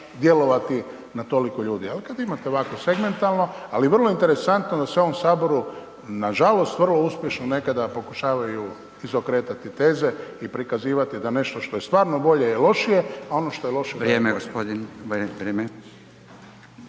djelovati na toliko ljudi ali kad imate ovakve segmentalno ali vrlo interesantno da s u ovom Saboru nažalost vrlo uspješno nekada pokušavaju izokretati teze i prikazivati da nešto što je stvarno bolje ili lošije a ono što je lošije .../Govornik se